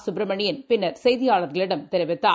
சுப்பிரமணியன் பின்னர் செய்தியாளர்களிடம் தெரிவித்தார்